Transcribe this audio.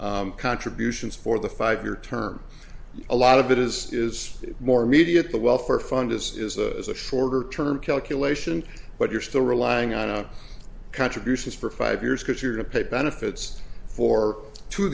contributions for the five year term a lot of that is is more immediate the welfare fund is a shorter term calculation but you're still relying on our contributions for five years because you're going to pay benefits for two